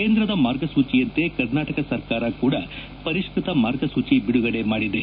ಕೇಂದ್ರದ ಮಾರ್ಗಸೂಚಿಯಂತೆ ಕರ್ನಾಟಕ ಸರ್ಕಾರ ಕೂದ ಪರಿಷ್ಕ ತ ಮಾರ್ಗಸೂಚಿ ಬಿದುಗಡೆ ಮಾಡಿದೆ